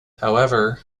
however